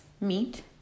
meat